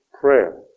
prayer